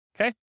Okay